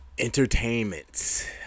Entertainment